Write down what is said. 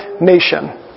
nation